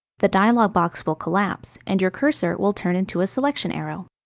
the dialog box will collapse, and your cursor will turn into a selection arrow.